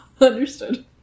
understood